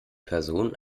person